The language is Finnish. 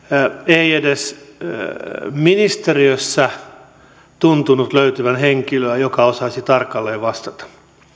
ei edes ministeriössä tuntunut löytyvän henkilöä joka osaisi tarkalleen vastata